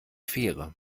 fähre